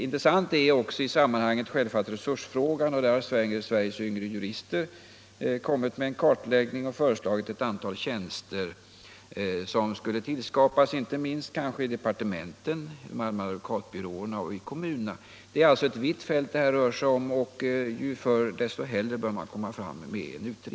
Resursfrågan är också intressant i sammanhanget. Sveriges yngre jurister har gjort en kartläggning och föreslagit att ett antal notarietjänster skulle skapas inte minst i departementen, vid de allmänna advokatbyråerna och inom kommunerna. Det rör sig här om ett vitt fält, och ju förr en utredning kommer fram, desto bättre.